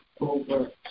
over